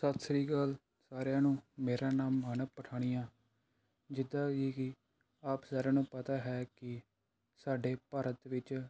ਸਤਿ ਸ਼੍ਰੀ ਅਕਾਲ ਸਾਰਿਆਂ ਨੂੰ ਮੇਰਾ ਨਾਮ ਮਾਨਵ ਪਠਾਣੀਆ ਜਿੱਦਾਂ ਕਿ ਹੀ ਆਪ ਸਾਰਿਆਂ ਨੂੰ ਪਤਾ ਹੈ ਕਿ ਸਾਡੇ ਭਾਰਤ ਵਿੱਚ